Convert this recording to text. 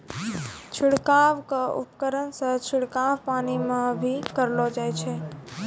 छिड़काव क उपकरण सें छिड़काव पानी म भी करलो जाय छै